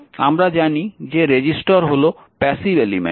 আমরা জানি যে রেজিস্টর হল প্যাসিভ এলিমেন্ট